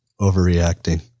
overreacting